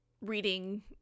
reading